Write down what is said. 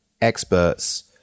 experts